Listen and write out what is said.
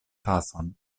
tason